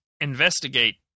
investigate